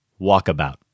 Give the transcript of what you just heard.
walkabout